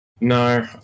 No